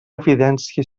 evidència